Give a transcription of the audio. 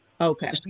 Okay